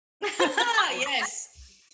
Yes